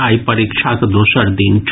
आइ परीक्षाक दोसर दिन छल